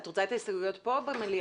את רוצה את ההסתייגויות פה או במליאה?